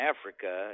Africa